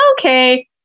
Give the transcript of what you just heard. Okay